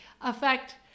affect